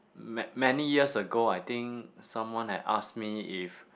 ma~ many years ago I think someone like ask me if